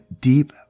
deep